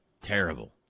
Terrible